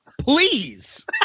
Please